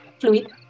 fluid